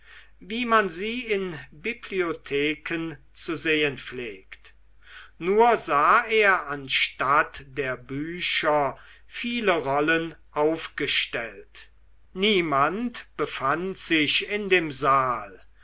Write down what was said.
wie man sie in bibliotheken zu sehen pflegt nur sah er anstatt der bücher viele rollen aufgestellt niemand befand sich in dem saal